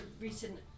recent